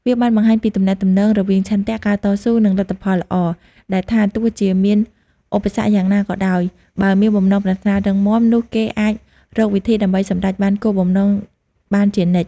វាបានបង្ហាញពីទំនាក់ទំនងរវាងឆន្ទៈ ការតស៊ូ និងលទ្ធផលល្អ ដែលថាទោះជាមានឧបសគ្គយ៉ាងណាក៏ដោយ បើមានបំណងប្រាថ្នារឹងមាំ នោះគេអាចរកវិធីដើម្បីសម្រេចបានគោលបំណងបានជានិច្ច។